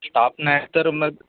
staff नाही तर मग